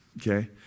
okay